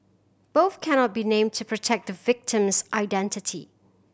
both cannot be named to protect the victim's identity